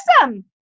Awesome